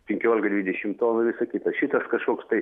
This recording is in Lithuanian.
penkiolika dvidešim tonų ir visa kita šitas kažkoks tai